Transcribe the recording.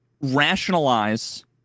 rationalize